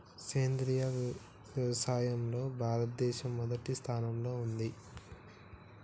సేంద్రియ వ్యవసాయంలో భారతదేశం మొదటి స్థానంలో ఉంది